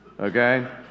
Okay